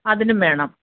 അതിനും വേണം